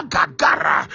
Gagara